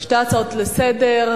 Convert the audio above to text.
שתי הצעות לסדר-היום,